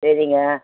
சரிங்க